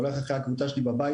הולך אחרי הקבוצה שלי בבית,